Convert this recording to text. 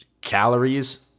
calories